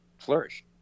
flourish